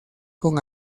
con